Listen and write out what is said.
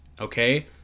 Okay